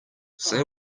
say